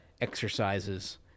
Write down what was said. exercises